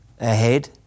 ahead